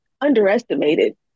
underestimated